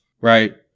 right